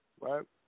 right